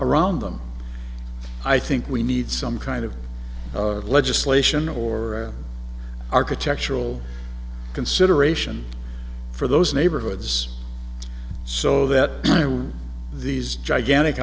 around them i think we need some kind of legislation or architectural consideration for those neighborhoods so that these gigantic